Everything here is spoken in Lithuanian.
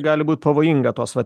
gali būt pavojinga tos vat